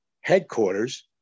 headquarters